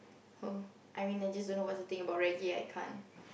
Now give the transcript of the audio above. oh I mean I just don't know what's the thing about reggae I can't